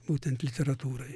būtent literatūrai